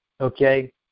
Okay